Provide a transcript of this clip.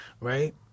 right